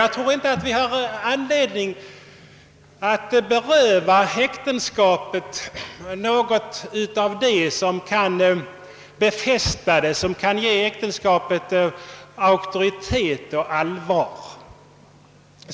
Jag tror inte att vi har anledning att beröva äktenskapet något av det som kan befästa det och 3e det större auktoritet och allvar.